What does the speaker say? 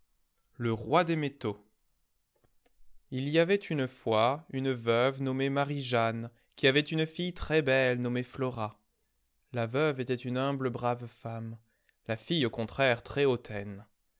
le roi des métaux il y avait une fois une veuve nommée mariejeanne qui avait une fille très-belle nommée flora la veuve était une humble brave femme la fille au contraire très hautaine